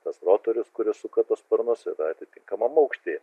tas rotorius kuris suka tuos sparnus atitinkamam aukštyje